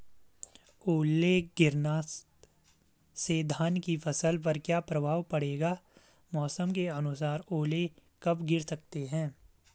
ओले गिरना से धान की फसल पर क्या प्रभाव पड़ेगा मौसम के अनुसार ओले कब गिर सकते हैं?